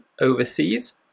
overseas